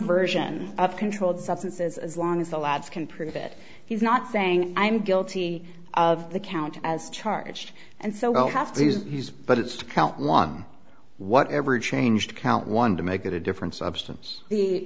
version of controlled substances as long as the lads can prove it he's not saying i'm guilty of the count as charged and so has the he's but it's to count one what ever change count one to make it a different substance the